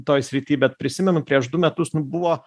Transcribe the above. toj srity bet prisimenu prieš du metus nu buvo